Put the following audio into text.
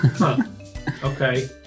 Okay